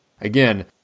Again